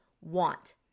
want